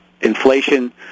inflation